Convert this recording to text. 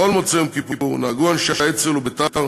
בכל מוצאי יום כיפור נהגו אנשי האצ"ל ובית"ר